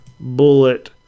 Bullet